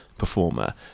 performer